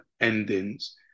endings